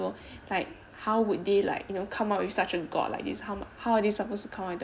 like how would they like you know come out with such a god like this how m~ how are they suppose to come up with the